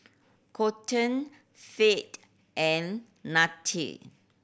Kolton Fate and Nannette